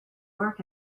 work